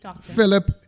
Philip